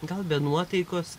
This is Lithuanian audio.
gal be nuotaikos